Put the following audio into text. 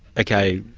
okay,